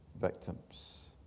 victims